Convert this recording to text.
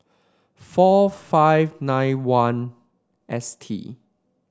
four five nine one S T